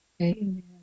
Amen